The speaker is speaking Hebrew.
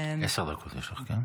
עשר דקות יש לך, כן?